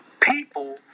people